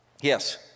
Yes